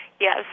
Yes